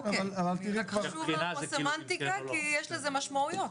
זה חשוב לנו פה סמנטיקה כי יש לזה משמעויות,